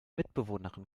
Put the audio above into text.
mitbewohnerin